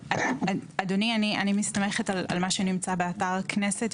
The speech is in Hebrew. אדוני, אני מסתמכת על מה שנמצא באתר הכנסת.